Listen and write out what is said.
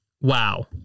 wow